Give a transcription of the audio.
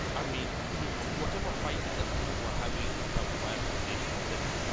i mean, you know, whatever fight that people were having to have a viable nation, et cetera,